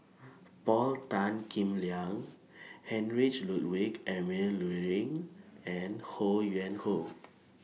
Paul Tan Kim Liang Heinrich Ludwig Emil Luering and Ho Yuen Hoe